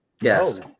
Yes